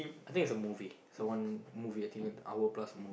I think it's a movie it's a one movie I think an hour plus more